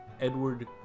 Edward